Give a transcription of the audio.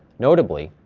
notably,